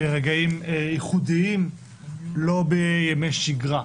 ברגעים ייחודיים, לא בימי שגרה.